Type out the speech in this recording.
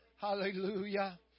Hallelujah